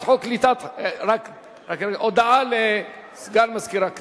הודעה לסגן מזכירת הכנסת,